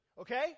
Okay